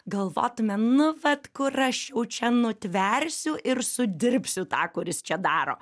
galvotume nu vat kur aš čia nutversiu ir sudirbsiu tą kuris čia daro